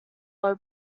low